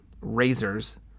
razors